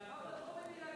זה עבר בטרומית בלעדיכם.